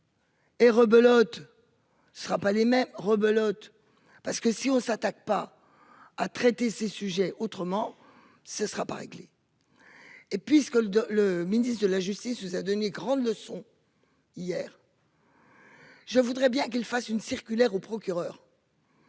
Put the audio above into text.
Et rebelote. Ce sera pas les mêmes rebelote parce que si on s'attaque pas à traiter ces sujets autrement. Ce ne sera pas réglée. Et puis ce que le, le ministre de la justice ou Denis grande leçon hier. Je voudrais bien qu'il fasse une circulaire aux procureurs.